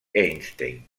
einstein